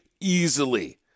easily